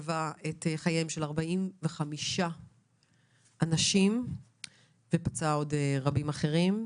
האסון גבה את חייהם של 45 אנשים ופצע עוד רבים אחרים.